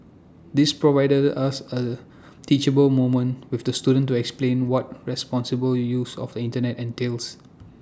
this provided us A teachable moment with the student to explain what responsible use of the Internet entails